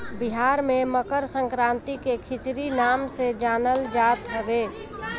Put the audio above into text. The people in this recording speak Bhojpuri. बिहार में मकरसंक्रांति के खिचड़ी नाम से जानल जात हवे